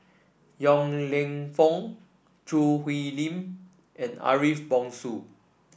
Yong Lew Foong Choo Hwee Lim and Ariff Bongso